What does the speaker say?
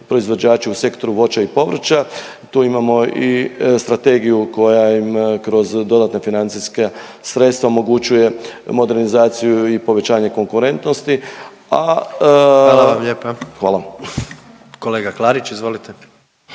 u sektoru voća i povrća. Tu imamo i strategiju koja im kroz dodatne financijske sredstva omogućuje modernizaciju i povećanje konkurentnosti, a …/Upadica predsjednik: Hvala